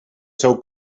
seu